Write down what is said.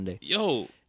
yo